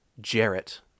Jarrett